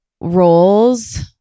roles